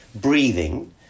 breathing